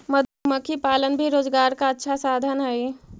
मधुमक्खी पालन भी रोजगार का अच्छा साधन हई